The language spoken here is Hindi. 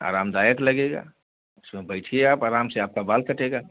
आरामदायक लगेगा उसमें बैठिए आप आराम से आपका बाल कटेगा